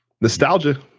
nostalgia